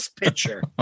picture